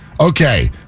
Okay